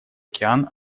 океан